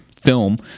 film